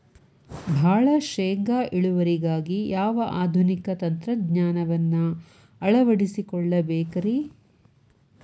ಭಾಳ ಶೇಂಗಾ ಇಳುವರಿಗಾಗಿ ಯಾವ ಆಧುನಿಕ ತಂತ್ರಜ್ಞಾನವನ್ನ ಅಳವಡಿಸಿಕೊಳ್ಳಬೇಕರೇ?